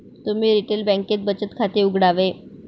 तुम्ही रिटेल बँकेत बचत खाते उघडावे